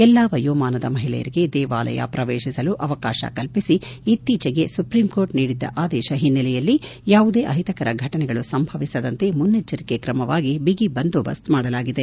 ಎಲ್ಲಾ ವಯೋಮಾನದ ಮಹಿಳೆಯರಿಗೆ ದೇವಾಲಯ ಪ್ರವೇಶಿಸಲು ಅವಕಾಶ ಕಲ್ಪಿಸಿ ಇತ್ತೀಚಿಗೆ ಸುಪ್ರೀಂಕೋರ್ಟ್ ನೀಡಿದ ಆದೇಶ ಹಿನ್ನೆಲೆಯಲ್ಲಿ ಯಾವುದೇ ಅಹಿತಕರ ಘಟನೆಗಳು ಸಂಭವಿಸದಂತೆ ಮುನ್ನಚ್ವರಿಕೆ ಕ್ರಮವಾಗಿ ಬಿಗಿ ಬಂದೋಬಸ್ತ್ ಮಾಡಲಾಗಿದೆ